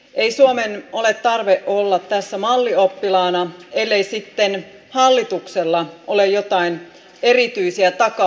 ei suomella ole tarvetta olla tässä mallioppilaana ellei sitten hallituksella ole joitain erityisiä taka ajatuksia